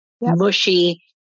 mushy